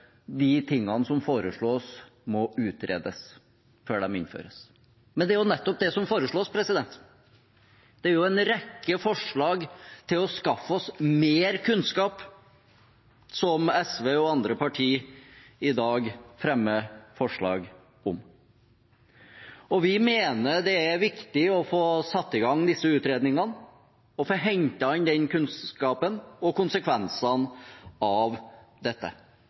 de tingene som foreslås, må utredes før de innføres. Men det er jo nettopp det som foreslås. Det er jo en rekke forslag om å skaffe oss mer kunnskap som SV og andre partier i dag fremmer. Vi mener det er viktig å få satt i gang disse utredningene og få hentet inn kunnskap om konsekvensene av dette.